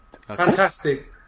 Fantastic